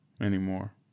anymore